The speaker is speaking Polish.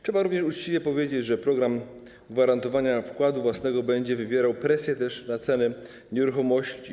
Trzeba również uczciwie powiedzieć, że program gwarantowania wkładu własnego będzie wywierał presję też na ceny nieruchomości.